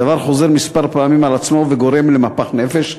הדבר חוזר מספר פעמים על עצמו וגורם למפח נפש,